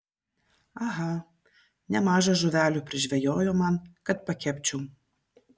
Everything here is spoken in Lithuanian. aha nemaža žuvelių prižvejojo man kad pakepčiau